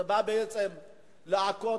זה בא בעצם כדי